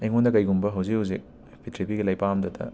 ꯑꯩꯉꯣꯟꯗ ꯀꯔꯤꯒꯨꯝꯕ ꯍꯧꯖꯤꯛ ꯍꯧꯖꯤꯛ ꯄ꯭ꯔꯤꯊꯤꯕꯤꯒꯤ ꯂꯥꯄꯥꯛ ꯑꯝꯍꯦꯛꯇꯗ